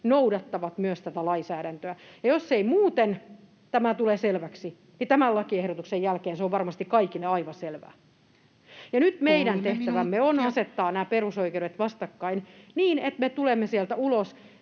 noudattavat myös tätä lainsäädäntöä. Ja jos ei muuten tämä tule selväksi, niin tämän lakiehdotuksen jälkeen se on varmasti kaikille aivan selvää. [Puhemies: 3 minuuttia!] Nyt meidän tehtävämme on asettaa nämä perusoikeudet vastakkain niin, että me tulemme sieltä ulos